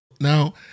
Now